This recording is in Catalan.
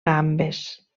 gambes